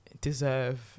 deserve